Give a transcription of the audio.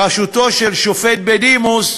בראשותו של שופט בדימוס,